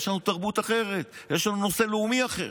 יש לנו תרבות אחרת, יש לנו נושא לאומי אחר.